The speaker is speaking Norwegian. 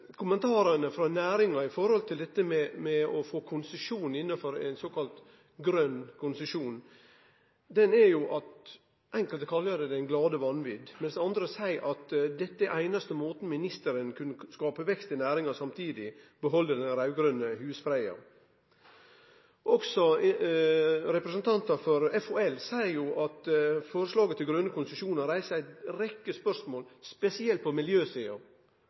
Kommentarane frå næringa når det gjeld dette med å få konsesjon innanfor ein såkalla grøn konsesjon, er at enkelte kallar det for det glade vanvit, mens andre seier at dette er den einaste måten ministeren kunne skape vekst i næringa og samtidig behalde den raud-grøne husfreden. Representantar for FHL, Fiskeri- og havbruksnæringens landsforening, seier også at forslaget om grøne konsesjonar reiser ei rekke spørsmål, spesielt på miljøsida